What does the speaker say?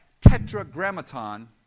tetragrammaton